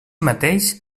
mateix